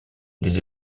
les